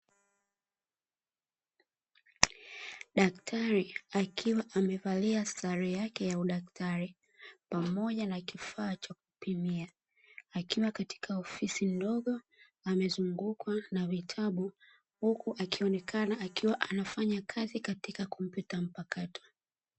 Daktari akiwa amevalia sare yake ya udaktari pamoja na kifaa cha kupimia, akiwa katika ofisi ndogo amezungukwa na vitabu huku akionekana akiwa anafanya kazi katika kompyuta mpakato.